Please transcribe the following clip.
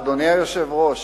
אדוני היושב-ראש,